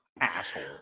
Asshole